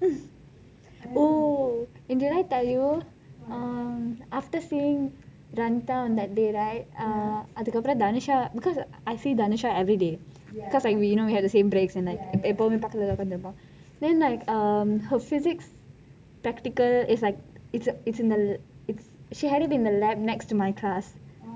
mm oh didn't I tell you after seeing ranita on that day right அதற்கு அப்ரம்:atharku apram danusha because I see danusha everyday because you know we have like same breaks எப்போதும் பக்கத்திலே உட்கார்ந்திருப்போம்:eppothum pakkathilei utkarnthirupom and then like her physics practical it's like it's it's in the it's she had it in the lab next to my class